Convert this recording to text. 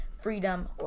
freedom